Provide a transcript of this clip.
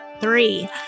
three